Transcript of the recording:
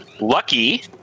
lucky